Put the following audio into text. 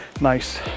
nice